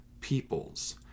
peoples